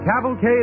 Cavalcade